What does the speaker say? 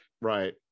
right